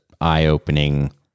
eye-opening